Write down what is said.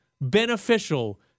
beneficial